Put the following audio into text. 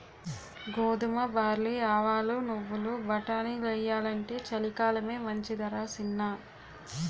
గోధుమ, బార్లీ, ఆవాలు, నువ్వులు, బటానీలెయ్యాలంటే చలికాలమే మంచిదరా సిన్నా